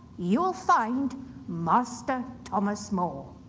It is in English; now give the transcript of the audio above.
you'll find master thomas more.